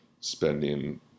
spending